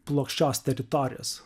plokščios teritorijos